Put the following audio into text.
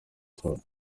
sports